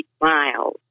miles